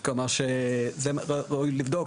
גם ממשרד הביטחון.